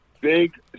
big